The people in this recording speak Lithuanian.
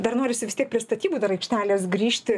dar norisi vis tiek prie statybų dar aikštelės grįžti